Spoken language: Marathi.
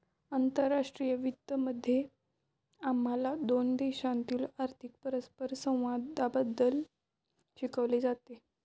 आंतरराष्ट्रीय वित्त मध्ये आम्हाला दोन देशांमधील आर्थिक परस्परसंवादाबद्दल शिकवले जाते